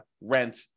rent